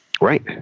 Right